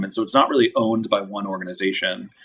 and so it's not really owned by one organization,